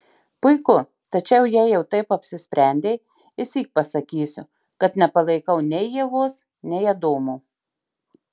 puiku tačiau jei jau taip apsisprendei išsyk pasakysiu kad nepalaikau nei ievos nei adomo